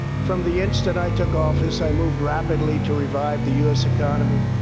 from the instant i took office, i moved rapidly to revive the u s. economy,